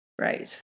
Right